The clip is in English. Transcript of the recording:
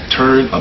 turn